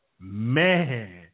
Man